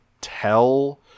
tell